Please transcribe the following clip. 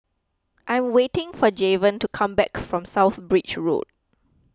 I'm waiting for Javen to come back from South Bridge Road